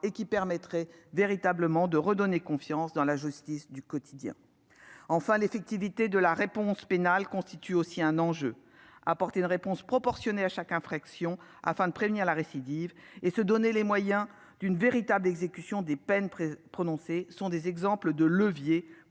Sénat, permettraient de redonner confiance dans la justice du quotidien. L'effectivité de la réponse pénale constitue aussi un enjeu. Il faudrait apporter une réponse proportionnée à chaque infraction afin de prévenir la récidive et de se donner les moyens d'une véritable exécution des peines prononcées. Voilà un exemple de levier